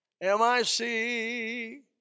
M-I-C